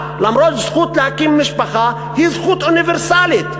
אף שזכות להקים משפחה היא זכות אוניברסלית.